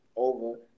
Over